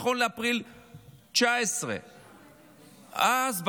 נכון לאפריל 2019. אז,